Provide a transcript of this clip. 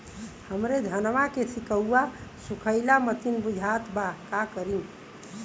हमरे धनवा के सीक्कउआ सुखइला मतीन बुझात बा का करीं?